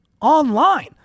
online